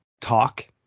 talk –